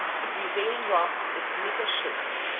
the prevailing rock is mica-schist.